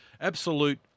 absolute